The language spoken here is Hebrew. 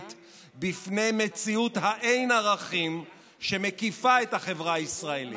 בפני מציאות האין-ערכים שמקיפה את החברה הישראלית,